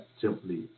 simply